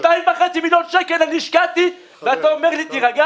2.5 מיליון שקל אני השקעתי, ואתה אומר לי תירגע?